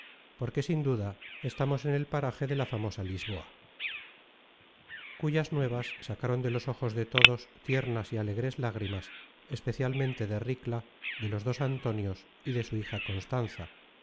porque sin duda estamos en el paraje de la famosa lisboa cuyas nuevas sacaron de los ojos de todos tiernas y alegres lágrimas especialmente de ricla de los dos antonios y de su hija constanza